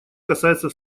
касается